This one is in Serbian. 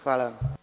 Hvala.